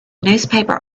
newspaper